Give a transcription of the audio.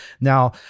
now